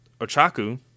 Ochaku